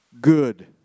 Good